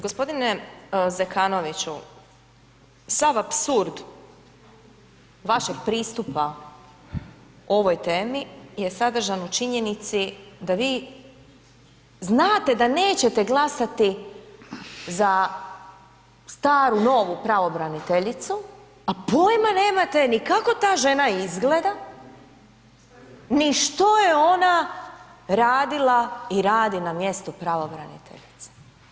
Gospodine Zekanoviću, sav apsurd vašeg pristupa ovoj temi je sadržan u činjenici da vi znate da nećete glasati za staru-novu pravobraniteljicu, a pojma nemate ni kako ta žena izgleda, ni što je ona radila i radi na mjestu pravobraniteljice.